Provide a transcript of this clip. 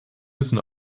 müssen